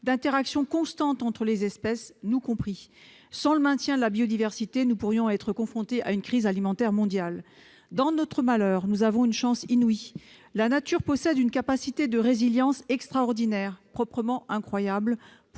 d'interactions constantes entre les espèces, nous compris. Sans le maintien de la biodiversité, nous pourrions être confrontés à une crise alimentaire mondiale. Dans notre malheur, nous avons une chance inouïe : la nature possède une capacité de résilience extraordinaire, proprement incroyable,